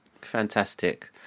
fantastic